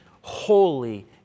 holy